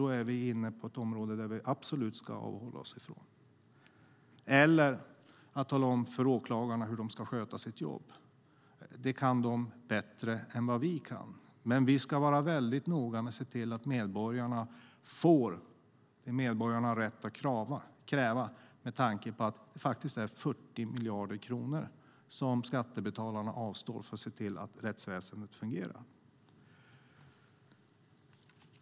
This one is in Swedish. Då är vi inne på ett område som vi absolut ska avhålla oss från. Vi ska inte heller tala om för åklagarna hur de ska sköta sitt jobb. Det kan de bättre än vi. Men vi ska vara noga med att se till att medborgarna får det som de har rätt att kräva med tanke på att skattebetalarna avstår 40 miljarder kronor för att se till att rättsväsendet fungerar.